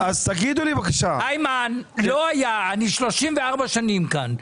איימן, אני 34 שנים כאן.